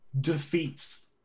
defeats